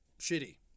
shitty